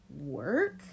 work